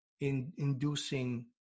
inducing